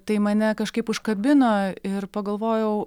tai mane kažkaip užkabino ir pagalvojau